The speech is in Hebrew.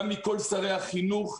גם מכל שרי החינוך,